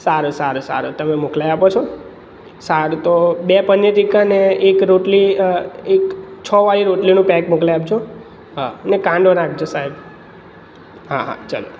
સારુંં સારું સારું તમે મોકલાવી આપો છો સારું તો બે પનીર ટીકા ને એક રોટલી એક છવાળી રોટલીનું પેક મોકલાવી આપજો હા અને કાંદો નાખજો સાહેબ હા હા ચાલો